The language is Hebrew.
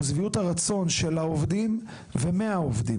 הוא שביעות הרצון של העובדים ומהעובדים.